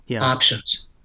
options